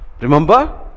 remember